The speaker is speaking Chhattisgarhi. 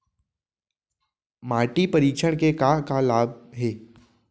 माटी परीक्षण के का का लाभ हे?